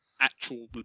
actual